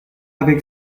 avec